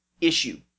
issue